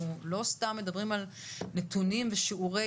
אנחנו לא סתם מדברים על נתונים ושיעורי